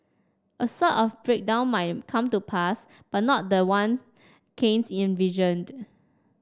a sort of breakdown might come to pass but not the one Keynes envisioned